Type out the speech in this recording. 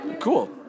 Cool